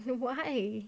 then why